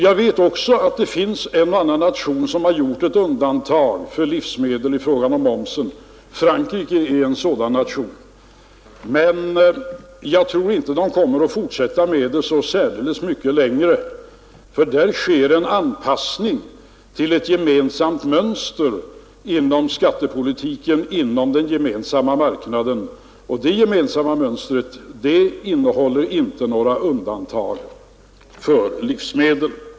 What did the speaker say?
Jag vet också att det finns en och annan nation som har gjort ett undantag för livsmedel i fråga om momsen. Frankrike är en sådan nation, men jag tror inte att Frankrike kommer att fortsätta med undantaget särdeles mycket längre, eftersom det sker en anpassning till ett gemensamt mönster när det gäller skattepolitiken inom den Gemensamma marknaden, och det mönstret innehåller inte några undantag för livsmedel.